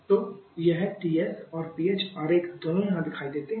तो यह Ts और Ph आरेख दोनों यहाँ दिखाए गए हैं